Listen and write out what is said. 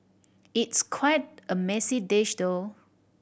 it's quite a messy dish though